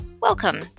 Welcome